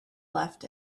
left